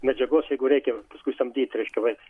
medžiagos jeigu reikia paskui samdyt reiškia va